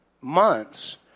months